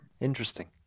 Interesting